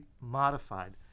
modified